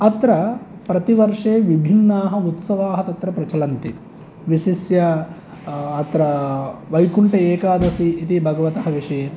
अत्र प्रतिवर्षे विभिन्नाः उत्सवाः तत्र प्रचलन्ति विशिष्य अत्र वैकुण्ठ एकादशी इति भगवतः विषये